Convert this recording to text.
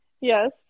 Yes